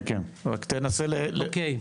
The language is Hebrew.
כן כן, רק תנסה לסיים.